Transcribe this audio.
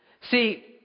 See